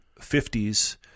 50s